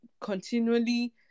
continually